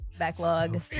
backlog